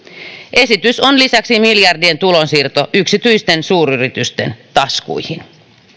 esitys on lisäksi miljardien tulonsiirto yksityisten suuryritysten taskuihin